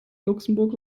luxemburg